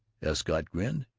escott grinned.